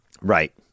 Right